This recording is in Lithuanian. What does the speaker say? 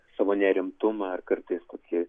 savo nerimtumą ar kartais kokį